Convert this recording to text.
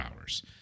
hours